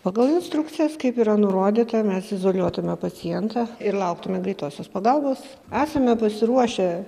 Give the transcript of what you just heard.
pagal instrukcijas kaip yra nurodyta mes izoliuotume pacientą ir lauktume greitosios pagalbos esame pasiruošę